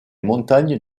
montagnes